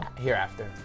hereafter